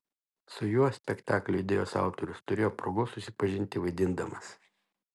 su juo spektaklio idėjos autorius turėjo progos susipažinti vaidindamas